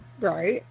Right